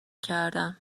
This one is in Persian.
کردم